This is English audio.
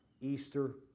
Easter